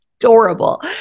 adorable